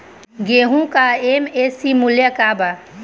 गेहू का एम.एफ.सी मूल्य का बा?